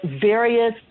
various